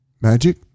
Magic